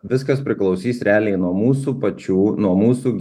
viskas priklausys realiai nuo mūsų pačių nuo mūsų